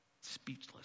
speechless